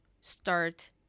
start